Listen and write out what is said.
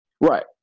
right